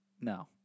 No